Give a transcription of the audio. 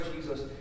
Jesus